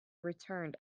returned